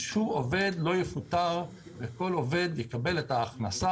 שום עובד לא יפוטר וכל עובד יקבל את ההכנסה